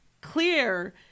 clear